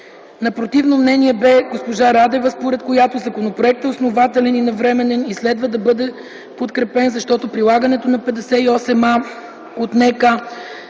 На противното мнение бе госпожа Радева, според която законопроектът е основателен и навременен и следва да бъде подкрепен, защото прилагането на чл. 58а от НК